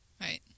Right